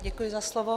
Děkuji za slovo.